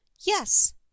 Yes